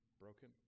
broken